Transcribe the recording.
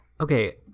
Okay